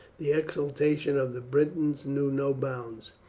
the exultation of the britons knew no bounds.